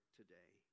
today